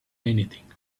anything